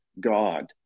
God